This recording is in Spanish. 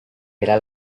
era